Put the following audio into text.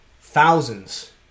thousands